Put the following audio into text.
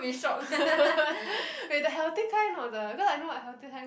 wait the healthy kind or the cause I know a healthy kind